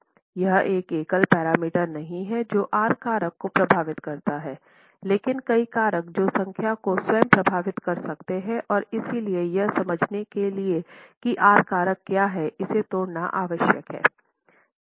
यह एक एकल पैरामीटर नहीं है जो आर कारक को प्रभावित करता है लेकिन कई कारक जो संख्या को स्वयं प्रभावित कर सकते हैं और इसलिए यह समझने के लिए कि आर कारक क्या है इसे तोड़ना आवश्यक है